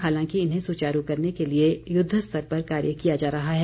हालांकि इन्हें सुचारू करने के लिए युद्धस्तर पर कार्य किया जा रहा है